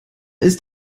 ist